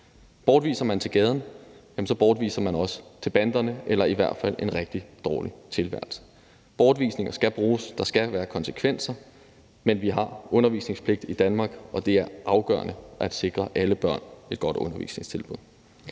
Bortviser man til gaden, bortviser man også til banderne eller i hvert fald en rigtig dårlig tilværelse. Bortvisninger skal bruges, og der skal være konsekvenser, men vi har undervisningspligt i Danmark, og det er afgørende at sikre alle børn et godt undervisningstilbud.